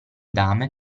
dame